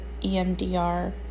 EMDR